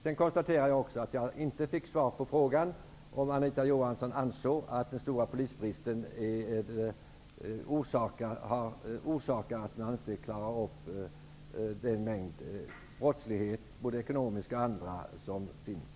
Vidare konstaterar jag att inte fick svar på min fråga om huruvida Anita Johansson ansåg att den stora polisbristen är orsak till att man inte klarar upp den omfattande brottslighet som finns, när det gäller såväl ekonomiska som andra brott.